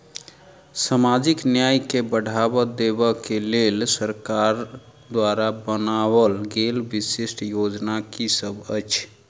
सामाजिक न्याय केँ बढ़ाबा देबा केँ लेल सरकार द्वारा बनावल गेल विशिष्ट योजना की सब अछि?